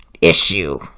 issue